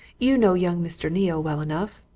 you know young mr. neale well enough.